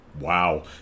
wow